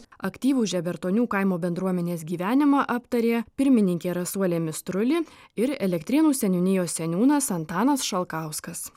aktyvų žebertonių kaimo bendruomenės gyvenimą aptarė pirmininkė rasuolė mistruli ir elektrėnų seniūnijos seniūnas antanas šalkauskas